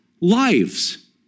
lives